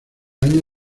año